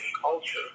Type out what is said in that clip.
culture